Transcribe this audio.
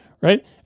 right